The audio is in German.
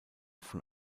von